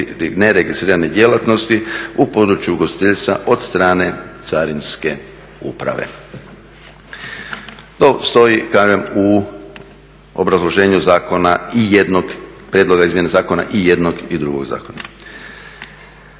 neregistrirane djelatnosti u području ugostiteljstva od strane carinske uprave. To stoji kažem u obrazloženju zakona i jednog prijedloga izmjena zakona i jednog i drugog zakona.